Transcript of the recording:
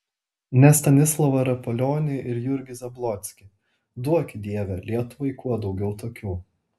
ne stanislovą rapolionį ir jurgį zablockį duoki dieve lietuvai kuo daugiau tokių